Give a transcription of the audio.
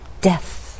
Death